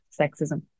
sexism